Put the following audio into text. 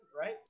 right